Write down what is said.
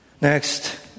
Next